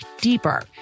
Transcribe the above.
deeper